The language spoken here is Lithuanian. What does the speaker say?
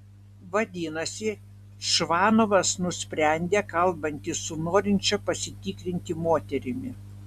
vadinasi čvanovas nusprendė kalbantis su norinčia pasitikrinti moterimi